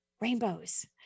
rainbows